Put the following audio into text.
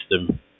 system